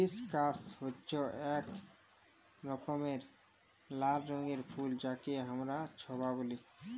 hibiscus হচ্যে এক রকমের লাল রঙের ফুল যাকে হামরা জবা ব্যলি